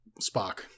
Spock